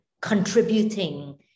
contributing